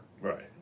Right